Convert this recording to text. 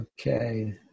Okay